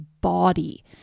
body